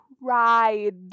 ride